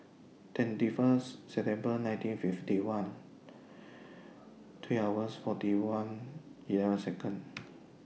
twenty First September nineteen fifty one three hours forty one eleven Seconds